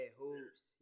hoops